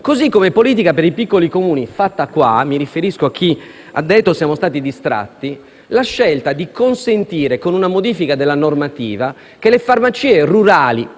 così come è politica per i piccoli Comuni, fatta qui - mi riferisco a chi ha detto che siamo stati distratti - la scelta di consentire, con una modifica della normativa, che le farmacie rurali